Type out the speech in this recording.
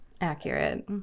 Accurate